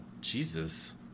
Jesus